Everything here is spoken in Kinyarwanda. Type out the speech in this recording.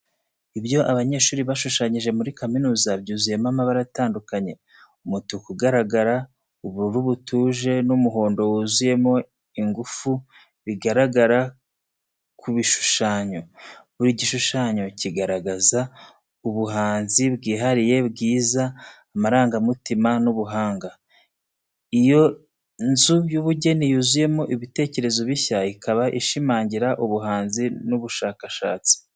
Ibyo abanyeshuri bashushanyije muri kaminuza byuzuyemo amabara atandukanye, umutuku ugaragara, ubururu butuje, n’umuhondo wuzuyemo ingufu bigaragara ku bishushanyo. Buri gishushanyo kigaragaza ubuhanzi bwihariye bwiza, amarangamutima, n’ubuhanga. Iyo nzu y’ubugeni yuzuyemo ibitekerezo bishya, ikaba ishimangira ubuhanzi n’ubushakashatsi.